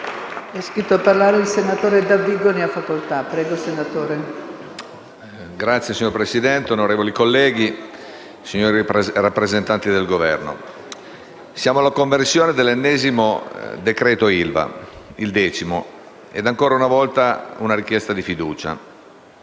MPL))*. Signora Presidente, onorevoli colleghi, signori rappresentanti del Governo, siamo alla conversione dell'ennesimo decreto ILVA, il decimo, e ancora una volta con una richiesta di fiducia.